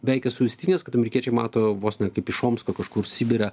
beveik esu įsitikinęs kad amerikiečiai mato vos ne kaip iš omsko kažkur sibire